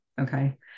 okay